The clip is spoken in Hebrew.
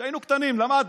כשהיינו קטנים למדנו,